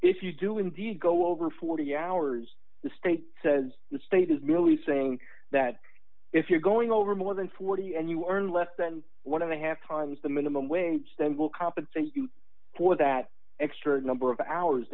if you do indeed go over forty hours the state says the state is merely saying that if you're going over more than forty and you learn less than one of the half times the minimum wage then will compensate you for that extra number of hours